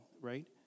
right